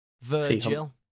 Virgil